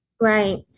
Right